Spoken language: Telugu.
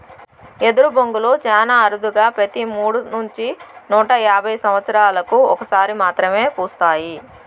ఎదరు బొంగులు చానా అరుదుగా పెతి మూడు నుంచి నూట యాభై సమత్సరాలకు ఒక సారి మాత్రమే పూస్తాయి